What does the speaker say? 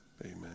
Amen